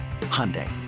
Hyundai